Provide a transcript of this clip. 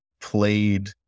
played